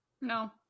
No